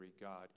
God